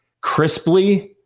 crisply